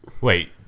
Wait